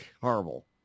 horrible